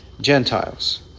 Gentiles